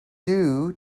due